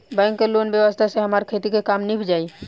bank के loan के व्यवस्था से हमार खेती के काम नीभ जाई